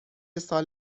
سال